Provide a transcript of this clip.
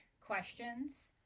questions